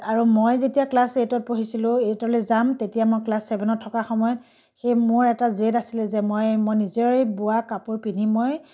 আৰু মই যেতিয়া ক্লাছ এইটত পঢ়িছিলোঁ এইটলৈ যাম তেতিয়া মই ক্লাছ চেভেনত থকা সময়ত সেই মোৰ এটা জেদ আছিলে যে মই মই নিজৰে বোৱা কাপোৰ পিন্ধি মই